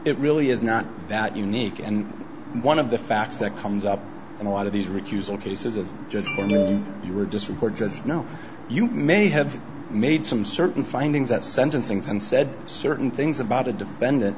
it really is not that unique and one of the facts that comes up in a lot of these recusal cases of just what you were just reports that you know you may have made some certain findings that sentence and said certain things about a defendant